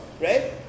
right